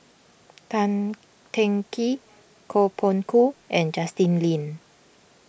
Tan Teng Kee Koh Poh Koon and Justin Lean